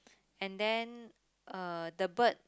and then uh the bird